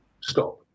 stop